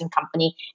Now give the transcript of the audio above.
company